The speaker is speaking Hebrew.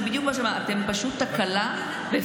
זה בדיוק מה שאמרת: אתם פשוט תקלה בפס